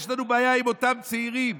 יש לנו בעיה עם אותם צעירים,